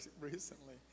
recently